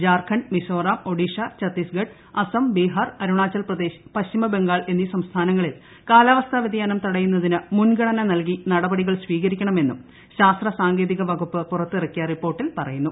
ത്ധാർഖണ്ഡ് മിസോറാം ഒഡീഷ ഛത്തീസ്ഗഡ് അസം ബീഹാർ അരുണാചൽ പ്രദേശ് പശ്ചിമബംഗാൾ എന്നീ സംസ്ഥാനങ്ങളിൽ കാലാവസ്ഥാ വൃതിയാനം തടയുന്നതിന് മുൻഗണന നൽകി നടപടികൾ സ്വീകരിക്കണമെന്നും ശാസ്ത്രസാങ്കേതിക വകുപ്പ് പുറത്തിറക്കിയു റിപ്പോർട്ടിൽ പറയുന്നു